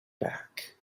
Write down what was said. back